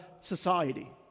society